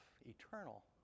eternal